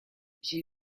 j’ai